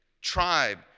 tribe